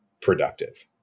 productive